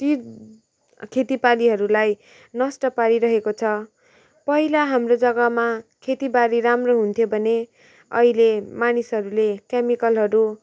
ती खेतीबालीहरूलाई नष्ट पारिरहेको छ पहिला हाम्रो जग्गामा खेतीबारी राम्रो हुन्थ्यो भने अहिले मानिसहरूले केमिकलहरू